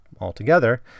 altogether